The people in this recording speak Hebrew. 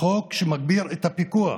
חוק שמגביר את הפיקוח.